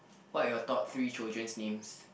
what are your top three children's names